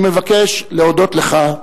אני מבקש להודות לך,